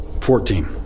fourteen